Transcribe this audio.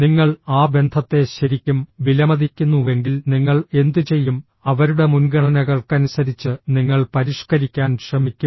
നിങ്ങൾ ആ ബന്ധത്തെ ശരിക്കും വിലമതിക്കുന്നുവെങ്കിൽ നിങ്ങൾ എന്തുചെയ്യും അവരുടെ മുൻഗണനകൾക്കനുസരിച്ച് നിങ്ങൾ പരിഷ്ക്കരിക്കാൻ ശ്രമിക്കും